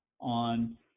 on